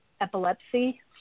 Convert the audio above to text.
epilepsy